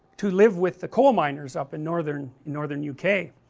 to live with the coal miners up in northern in northern u k.